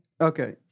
Okay